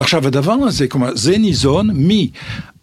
עכשיו, הדבר הזה, כלומר, זה ניזון מ...